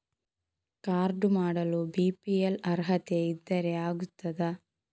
Card ಮಾಡಲು BPL ಅರ್ಹತೆ ಇದ್ದರೆ ಆಗುತ್ತದ?